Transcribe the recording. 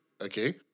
Okay